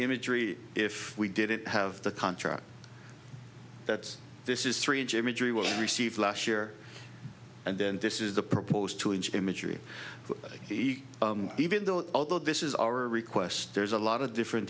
imagery if we didn't have the contract that this is three inch imagery was received last year and then this is the proposed two inch imagery he even though although this is our request there's a lot of different